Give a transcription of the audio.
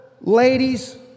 ladies